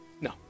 No